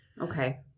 Okay